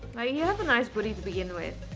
oh, you have a nice booty to begin with?